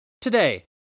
Today